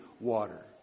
water